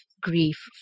grief